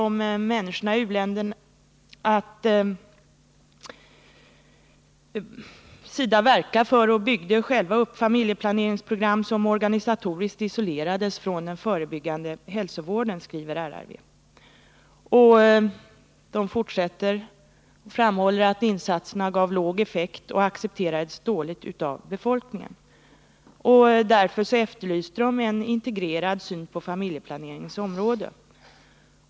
SIDA verkade för och byggde själv upp familjeplaneringsprogram som organisatoriskt isolerades från den förebyggande hälsovården. Riksrevisionsverket framhöll att insatserna gav låg effekt och accepterades dåligt av befolkningen. Riksrevisionsverket efterlyste därför en integrerad syn på familjeplaneringens område.